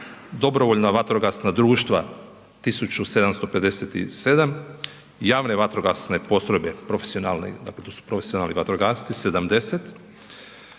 dobrovoljna vatrogasna društva 1.757, javne vatrogasne postrojbe profesionalni, dakle to su